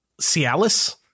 Cialis